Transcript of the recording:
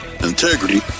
integrity